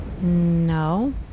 No